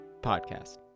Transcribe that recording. podcast